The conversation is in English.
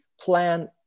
plan